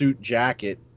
jacket